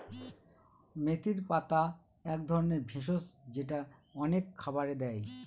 মেথির পাতা এক ধরনের ভেষজ যেটা অনেক খাবারে দেয়